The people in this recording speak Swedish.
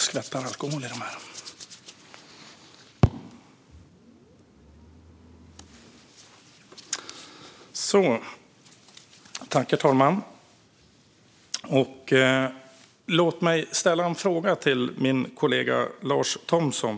Herr talman! Låt mig ställa en fråga till min kollega Lars Thomsson.